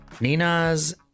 Nina's